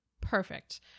perfect